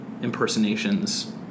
impersonations